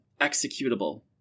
executable